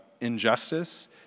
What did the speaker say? injustice